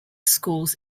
schools